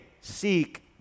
seek